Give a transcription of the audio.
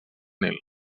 nil